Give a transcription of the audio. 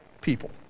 people